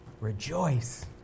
Rejoice